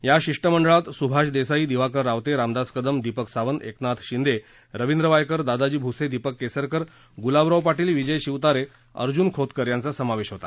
या शिष्टमंडळात सुभाष देसाई दीवाकर रावते रामदास कदम दीपक सावंत एकनाथ शिंदे रविंद्र वायकर दादाजी भुसे दीपक केसरकर गुलाबराव पाटील विजय शिवतारे अर्जून खोतकर यांचा समावेश होता